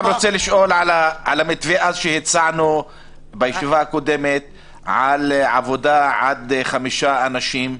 לשאול על המתווה שהצענו בישיבה הקודמת על עבודה עד חמישה אנשים.